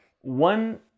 One